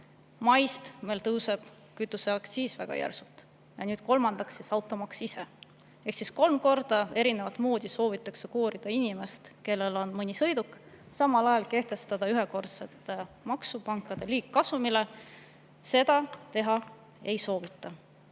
Maist tõuseb kütuseaktsiis väga järsult. Ja nüüd kolmandaks siis automaks ise. Ehk siis kolm korda soovitakse erineval moel koorida inimest, kellel on mõni sõiduk. Samal ajal kehtestada ühekordset maksu pankade liigkasumi pealt ei soovita.